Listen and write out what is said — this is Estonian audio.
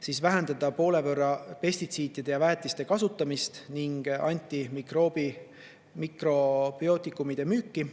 piires, vähendada poole võrra pestitsiidide ja väetiste kasutamist ning anti[mikroobikumide] müüki,